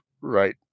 right